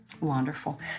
Wonderful